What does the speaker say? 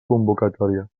convocatòria